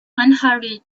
unhurried